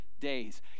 days